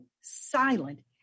silent